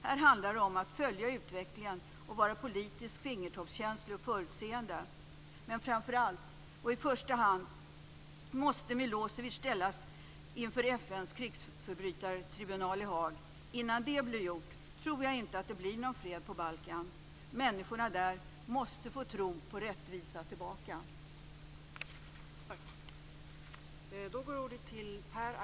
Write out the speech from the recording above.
Här handlar det om att följa utvecklingen och vara politiskt fingertoppskänslig och förutseende. Men framför allt och i första hand måste Milosevic ställas inför FN:s krigsförbrytartribunal i Haag. Innan det blir gjort tror jag inte att det blir någon fred på Balkan. Människorna där måste få tron på rättvisa tillbaka.